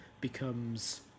becomes